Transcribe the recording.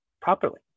properly